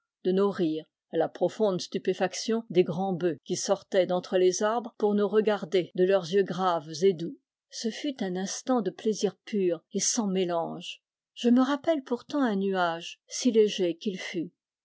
de nos rires à la profonde stupéfaction des grands bœufs qui sortaient d'entre les arbres pour nous regarder de leurs yeux graves et doux ce fut un instant de plaisirs purs et sans mélange je me rappelle pourtant un nuage si léger qu'il fût